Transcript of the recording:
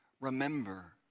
remember